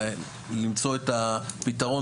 למצוא את הפתרון,